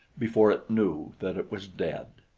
before it knew that it was dead.